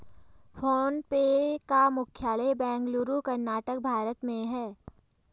phone पे का मुख्यालय बेंगलुरु, कर्नाटक, भारत में है